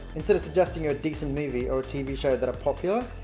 instead of suggesting you a decent movie or a tv show that are popular,